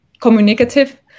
communicative